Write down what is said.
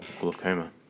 glaucoma